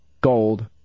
Gold